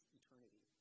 eternity